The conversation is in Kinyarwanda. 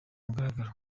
mugaragaro